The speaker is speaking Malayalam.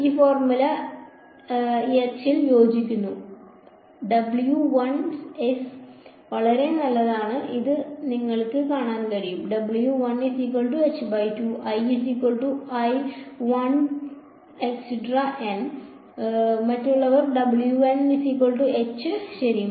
ഈ ഫോർമുല ഈ അച്ചിൽ ശരിയായി യോജിക്കുന്നു 's വളരെ നേരെയാണോ എന്ന് നിങ്ങൾക്ക് കാണാൻ കഴിയും മറ്റുള്ളവർക്ക് ശരിയും